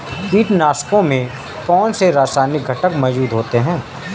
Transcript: कीटनाशकों में कौनसे रासायनिक घटक मौजूद होते हैं?